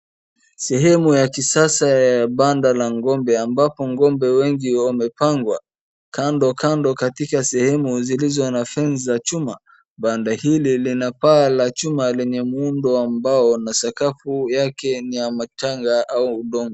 Sehemu ya kisasa ya banda la ng'ombe ambapo ng'ombe wengi wamepangwa kando kando katika sehemu zilizo na fence la chuma. Banda hili lina paa la chuma lenye muundo wa mbao na sakafu yake ni ya mchanga au udongo.